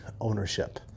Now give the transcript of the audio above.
ownership